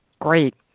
Great